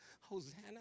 Hosanna